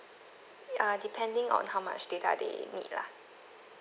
uh depending on how much data they need lah